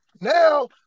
now